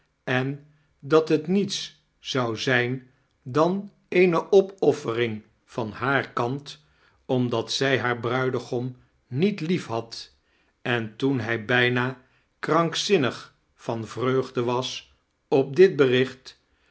en dat het niets zou zijn dan eene opoffering van haar kant omdat zij haar bruigom niet lief had en toen hij bijna krankzinnig van vreugde was op dit bericht